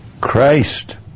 Christ